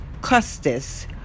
Custis